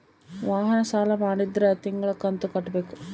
ವಾಹನ ಸಾಲ ಮಾಡಿದ್ರಾ ತಿಂಗಳ ಕಂತು ಕಟ್ಬೇಕು